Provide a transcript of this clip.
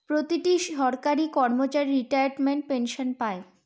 প্রতিটি সরকারি চাকরির কর্মচারী রিটায়ারমেন্ট পেনসন পাই